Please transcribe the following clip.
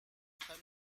khan